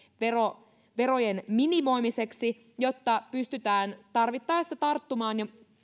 verojen verojen minimoimiseksi jotta pystytään tarvittaessa tarttumaan